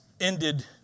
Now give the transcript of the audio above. ended